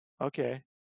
okay